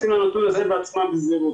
הם מתייחסים לנתון הזה בעצמם בזהירות,